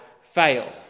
fail